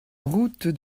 route